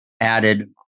added